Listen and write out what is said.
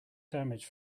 damage